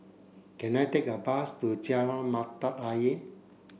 can I take a bus to Jalan Mata Ayer